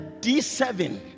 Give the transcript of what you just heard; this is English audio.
D7